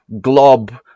glob